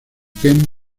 ken